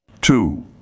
Two